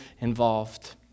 involved